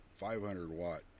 500-watt